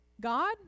God